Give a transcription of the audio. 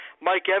Mike